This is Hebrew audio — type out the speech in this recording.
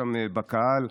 שם בקהל,